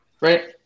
right